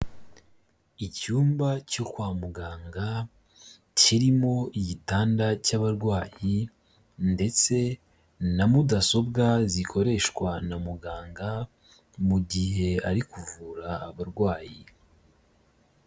Icyumba cyo kwa muganga kirimo igitanda cy'abarwayi ndetse na mudasobwa zikoreshwa na muganga, mu gihe ari kuvura abarwayi.